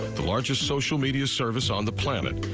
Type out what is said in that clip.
the largest social media service on the planet.